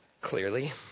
Clearly